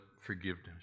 forgiveness